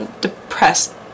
depressed